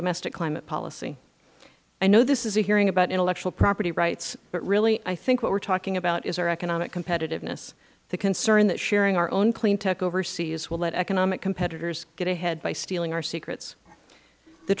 domestic climate policy i know this is a hearing about intellectual property rights but really i think what we are talking about is our economic competitiveness our concern that sharing our own clean tech overseas will let economic competitors get ahead by stealing our secrets the